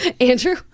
Andrew